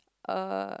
uh